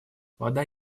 вода